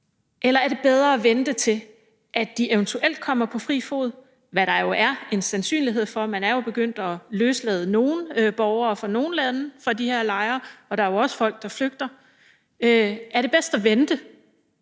eller er det bedre at vente til, at de eventuelt kommer på fri fod, hvad der jo er en sandsynlighed for? Man er jo begyndt at løslade nogle borgere fra nogle lande fra de her lejre, og der er jo også folk, der flygter. Er det bedst at vente,